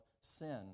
sin